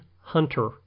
Hunter